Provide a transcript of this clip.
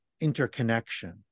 interconnection